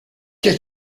ché